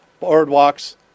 boardwalks